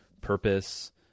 purpose